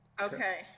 okay